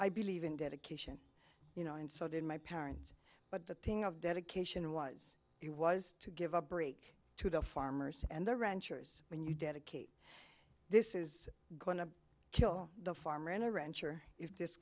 i believe in dedication you know and so did my parents but the dedication was it was to give a break to the farmers and the ranchers when you dedicate this is going to kill the farmer in a rancher if